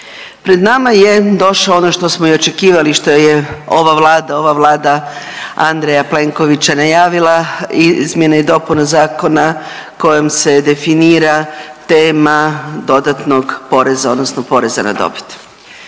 Pred nama je došao ono što smo i očekivali što je ova Vlada, ova Vlada Andreja Plenkovića najavila izmjene i dopune zakona kojim se definira tema dodatnog poreza, odnosno poreza na dobit.